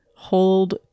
hold